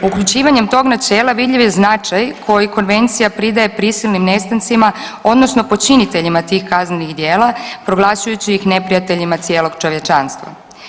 Uključivanjem tog načela vidljiv je značaj kojim konvencija pridaje prisilnim nestancima, odnosno počiniteljima tih kaznenih djela proglašujući ih neprijateljima cijelog čovječanstva.